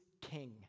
king